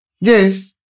Yes